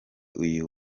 uyu